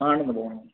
ஆ Anandabhavan